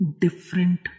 different